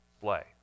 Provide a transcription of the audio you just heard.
display